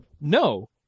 No